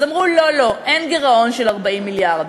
אז אמרו: לא, לא, אין גירעון של 40 מיליארד.